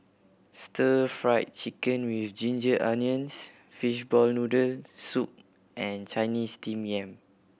Stir Fried Chicken With Ginger Onions fishball noodle soup and Chinese Steamed Yam